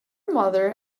mother